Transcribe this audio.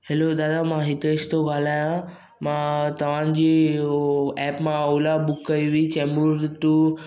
hello दादा मां हितेश थो ॻाल्हायांव मां तव्हांजी उहो ऐप मां ओला बुक कई हुई चेंबूर ज टू